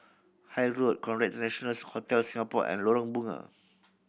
Hythe Road Conrad International Hotel Singapore and Lorong Bunga